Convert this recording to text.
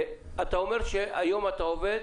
אתה אומר שהיום אתה עובד